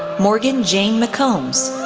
morgan jane mccombs,